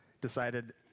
decided